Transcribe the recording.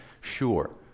Sure